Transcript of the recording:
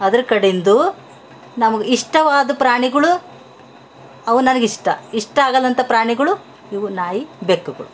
ಅದ್ರ ಕಡಿಂದು ನಮಗೆ ಇಷ್ಟವಾದ ಪ್ರಾಣಿಗಳು ಅವು ನನಗಿಷ್ಟ ಇಷ್ಟ ಆಗಲ್ದಂಥ ಪ್ರಾಣಿಗಳು ಇವು ನಾಯಿ ಬೆಕ್ಕುಗಳು